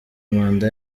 manda